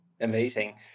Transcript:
Amazing